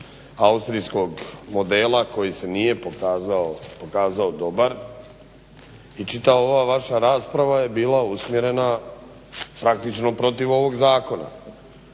austrijskog modela koji se nije pokazao dobar. I čitava ova vaša rasprava je bila usmjerena praktično protiv ovog Zakona.